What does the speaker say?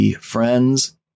friends